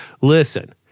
Listen